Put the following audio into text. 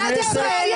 לך.